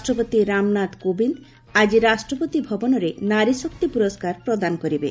ରାଷ୍ଟ୍ରପତି ରାମନାଥ କୋବିନ୍ଦ ଆଜି ରାଷ୍ଟ୍ରପତି ଭବନରେ ନାରୀଶକ୍ତି ପୁରସ୍କାର ପ୍ରଦାନ କରିବେ